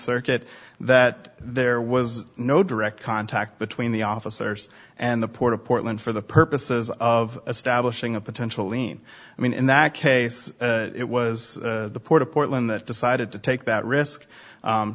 circuit that there was no direct contact between the officers and the port of portland for the purposes of establishing a potential lien i mean in that case it was the port of portland that decided to take that risk